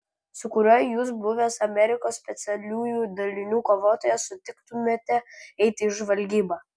su kuriuo jūs buvęs amerikos specialiųjų dalinių kovotojas sutiktumėte eiti į žvalgybą